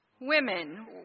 Women